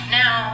now